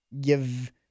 give